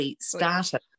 started